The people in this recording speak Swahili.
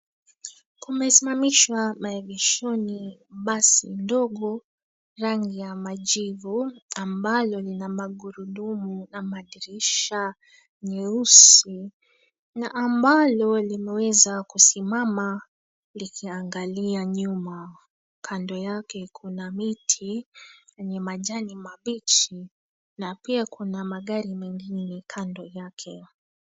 Kumesimamaishwa maegeshoni basi ndogo rangi ya majivu ambalo lina magurudumu na madirisha meusi, na amabalo limeweza kusimama likiangalia nyuma. Kando yake kuna miti yenye majani mabichi na pia kuna magari mengine kando yake.